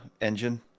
engine